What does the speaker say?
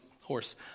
horse